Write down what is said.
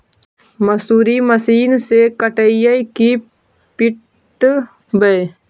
मसुरी मशिन से कटइयै कि पिटबै?